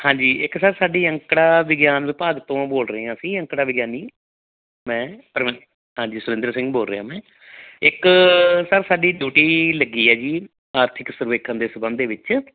ਹਾਂਜੀ ਇੱਕ ਸਰ ਸਾਡੀ ਅੰਕੜਾ ਵਿਗਿਆਨ ਵਿਭਾਗ ਤੋਂ ਬੋਲ ਰਹੇ ਹਾਂ ਅਸੀਂ ਅੰਕੜਾ ਵਿਗਿਆਨੀ ਮੈਂ ਪਰਮਿੰ ਹਾਂਜੀ ਸੁਰਿੰਦਰ ਸਿੰਘ ਬੋਲ ਰਿਹਾ ਮੈਂ ਇੱਕ ਸਰ ਸਾਡੀ ਡਿਊਟੀ ਲੱਗੀ ਹੈ ਜੀ ਆਰਥਿਕ ਸਰਵੇਖਣ ਦੇ ਸੰਬੰਧ ਵਿੱਚ